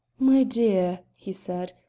my dear, he said,